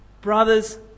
Brothers